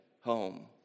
home